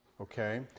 Okay